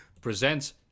presents